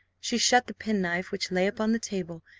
she shut the penknife which lay upon the table,